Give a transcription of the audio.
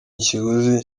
ikiguzi